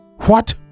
What